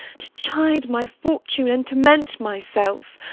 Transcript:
to chide my fortune, and torment myself?